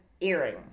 earring